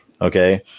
Okay